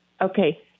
Okay